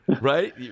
right